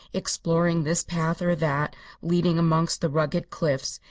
exploring this path or that leading amongst the rugged cliffs,